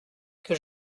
que